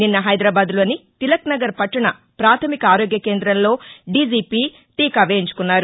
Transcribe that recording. నిన్న హైదరాబాద్ లోని తిలక్నగర్ పట్లణ ప్రాథమిక ఆరోగ్య కేంద్రంలో దీజీపీ టీకా వేయించుకున్నారు